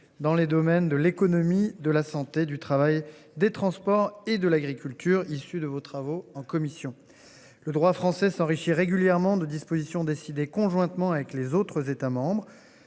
dans les domaines de l'économie de la santé, du travail des transports et de l'agriculture issus de vos travaux en commission le droit français s'enrichit régulièrement de dispositions décidé conjointement avec les autres États membres.